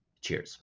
Cheers